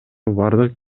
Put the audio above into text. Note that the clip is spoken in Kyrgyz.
бардык